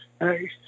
hey